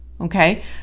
Okay